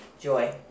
Joy